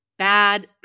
Bad